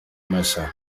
μέσα